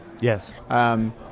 Yes